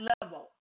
level